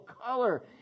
color